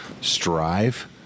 strive